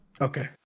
Okay